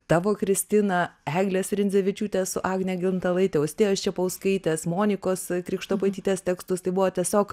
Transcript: tavo kristina eglės rindzevičiūtės su agne gintalaite austėjos čepauskaitės monikos krikštopaitytės tekstus tai buvo tiesiog